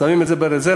שמים את זה ברזרבה,